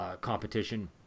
competition